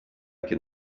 can